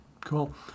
Cool